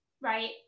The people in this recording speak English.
right